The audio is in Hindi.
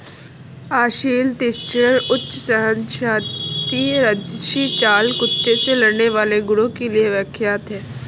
असील तीक्ष्णता, उच्च सहनशक्ति राजसी चाल कुत्ते से लड़ने वाले गुणों के लिए विख्यात है